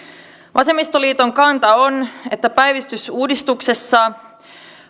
vasemmistoliiton kanta on että päivystysuudistuksessa